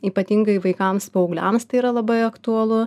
ypatingai vaikams paaugliams tai yra labai aktualu